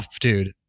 dude